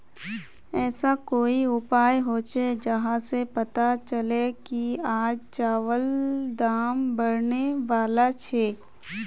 ऐसा कोई उपाय होचे जहा से पता चले की आज चावल दाम बढ़ने बला छे?